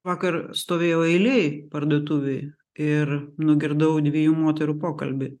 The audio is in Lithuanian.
vakar stovėjau eilėj parduotuvėj ir nugirdau dviejų moterų pokalbį